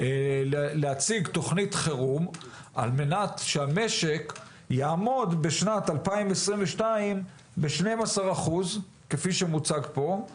להציג תוכנית חירום על-מנת שבמשק יעמוד בשנת 2022 ב-12% כפי שמוצג פה.